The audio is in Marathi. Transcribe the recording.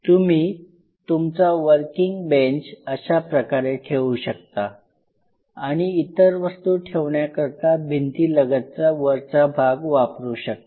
तुम्ही तुमचा वर्किंग बेंच अशाप्रकारे ठेऊ शकता आणि इतर वस्तु ठेवण्याकरता भिंतीलगतचा वरचा भाग वापरू शकता